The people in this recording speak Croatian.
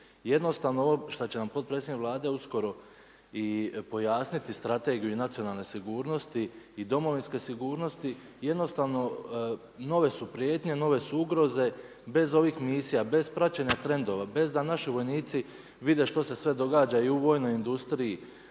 Jednostavno ovo što će nam potpredsjednik Vlade uskoro i pojasniti Strategiju nacionalne sigurnosti i domovinske sigurnosti jednostavno nove su prijetnje, nove su ugroze. Bez ovih misija, bez praćenja trendova, bez da naši vojnici vide što se sve događa i u vojnoj industriji